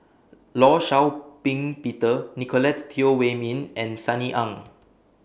law Shau Ping Peter Nicolette Teo Wei Min and Sunny Ang